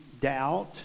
doubt